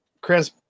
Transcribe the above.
Chris